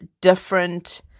different